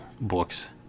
books